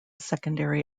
secondary